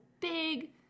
big